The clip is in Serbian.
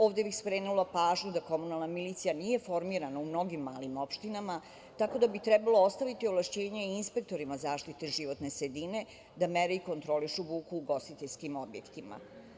Ovde bih skrenula pažnju da komunalna milicija nije formirana u mnogim malim opštinama, tako da bi trebalo ostaviti ovlašćenje inspektorima zaštite životne sredine da mere i kontrolišu buku u ugostiteljskim objektima.